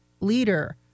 leader